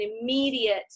immediate